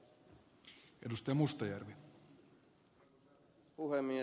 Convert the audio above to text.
arvoisa puhemies